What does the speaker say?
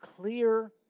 clear